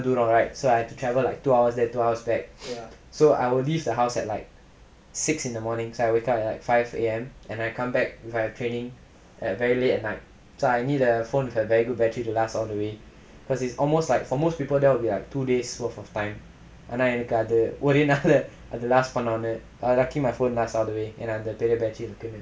damn long right so I have to travel like two hours there two hours back so I will leave the house at like six in the morning so I wake up at like five A_M and I come back my training at very late at night so I think the phone has very good battery life to last all the way because it's almost like for most people that will be like two days worth of time ஆனா எனக்கு அது ஒரே நாள் அத:aanaa enakku athu orae naal atha lose பண்ண ஒன:panna ona uh lucky my phone last all the way ஏனா அந்த பெரிய:yaenaa antha periya battery இருக்கு:irukku